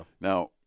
Now